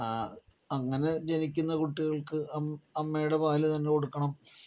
അങ്ങനെ ജനിക്കുന്ന കുട്ടികൾക്ക് അമ്മയുടെ പാൽ തന്നെ കൊടുക്കണം